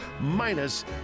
minus